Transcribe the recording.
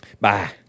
Bye